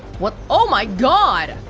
what oh, my god!